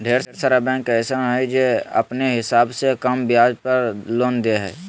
ढेर सारा बैंक अइसन हय जे अपने हिसाब से कम ब्याज दर पर लोन देबो हय